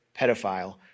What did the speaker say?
pedophile